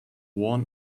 worn